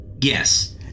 Yes